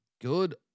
good